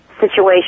Situation